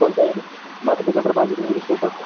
कोणता मराठी पेपर पाहिजे का इंग्लिश पेपर